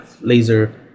laser